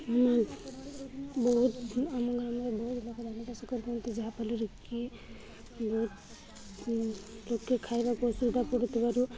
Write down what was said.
ଆ ବହୁତ ଆମ ଗ୍ରାମରେ ବହୁତ ଲୋକ ଯାହାଫଲରେ କିି ବହୁତ ଲୋକେ ଖାଇବାକୁ ସୁବିଧା ପଡ଼ୁଥିବାରୁ